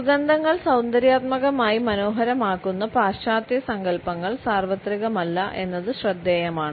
സുഗന്ധങ്ങൾ സൌന്ദര്യാത്മകമായി മനോഹരമാക്കുന്ന പാശ്ചാത്യ സങ്കൽപ്പങ്ങൾ സാർവത്രികമല്ല എന്നത് ശ്രദ്ധേയമാണ്